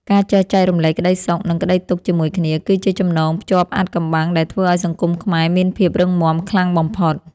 ការចេះចែករំលែកក្តីសុខ និងក្តីទុក្ខជាមួយគ្នា គឺជាចំណងភ្ជាប់អាថ៌កំបាំងដែលធ្វើឱ្យសង្គមខ្មែរមានភាពរឹងមាំខ្លាំងបំផុត។